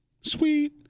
Sweet